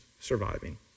surviving